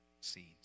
seeds